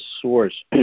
source